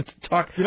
Talk